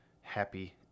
happy